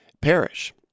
perish